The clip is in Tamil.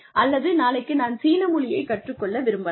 அல்லது நாளைக்கு நான் சீன மொழியைக் கற்றுக்கொள்ள விரும்பலாம்